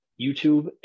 YouTube